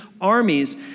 armies